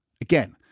Again